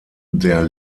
der